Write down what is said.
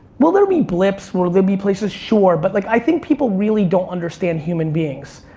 will there be blips, will there be places, sure, but like i think people really don't understand human beings.